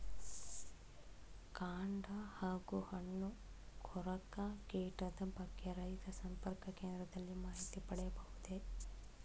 ಕಾಂಡ ಹಾಗೂ ಹಣ್ಣು ಕೊರಕ ಕೀಟದ ಬಗ್ಗೆ ರೈತ ಸಂಪರ್ಕ ಕೇಂದ್ರದಲ್ಲಿ ಮಾಹಿತಿ ಪಡೆಯಬಹುದೇ?